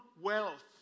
wealth